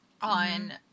on